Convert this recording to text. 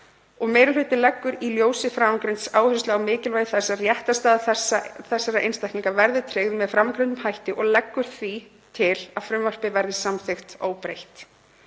Meiri hlutinn leggur í ljósi framangreinds áherslu á mikilvægi þess að réttarstaða þessara einstaklinga verði tryggð með framangreindum hætti og leggur því til að frumvarpið verði samþykkt óbreytt.